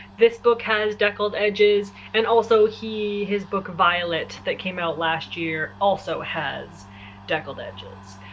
this book has deckled edges and also he his book violet that came out last year also has deckled edges.